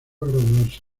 graduarse